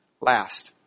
Last